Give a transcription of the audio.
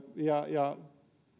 ja ja